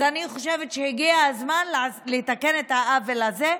אז אני חושבת שהגיע הזמן לתקן את העוול הזה,